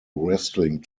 wrestling